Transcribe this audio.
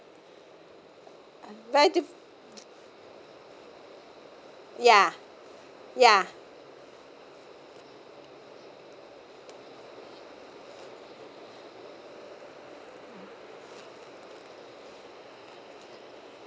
very dif~ ya ya